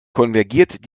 konvergiert